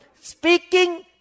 Speaking